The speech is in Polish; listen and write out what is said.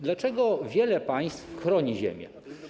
Dlaczego tak wiele państw chroni ziemię?